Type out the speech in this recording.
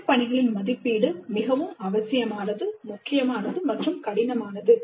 திட்டப்பணிகளின் மதிப்பீடு மிகவும் அவசியமானது முக்கியமானது மற்றும் கடினமானது